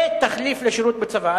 כתחליף לשירות בצבא.